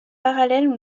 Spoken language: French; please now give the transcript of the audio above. parallèles